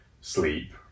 sleep